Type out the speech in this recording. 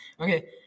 Okay